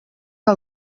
que